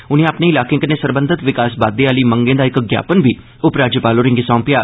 उनें अपने इलाकें कन्नै सरबंधत विकास बाद्दे आह्ले मंगें दा इक ज्ञापन बी उपराज्यपाल होरें'गी सौंपेआ